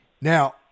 Now